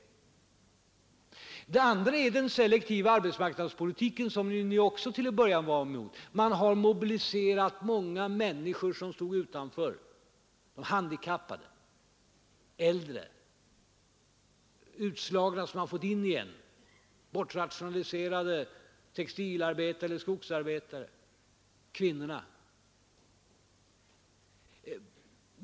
För det andra har vi genom den selektiva arbetsmarknadspolitiken — som ni också till en början var emot — kunnat mobilisera många människor som stod utanför: handikappade, äldre, utslagna som kunnat komma in i arbetslivet igen, bortrationaliserade, textilarbetare, skogsarbetare, kvinnor.